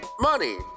money